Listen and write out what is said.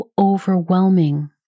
overwhelming